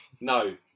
No